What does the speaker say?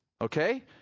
Okay